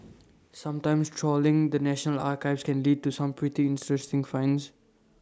sometimes trawling the national archives can lead to some pretty interesting finds